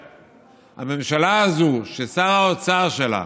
הממשלה הזו, ששר האוצר שלה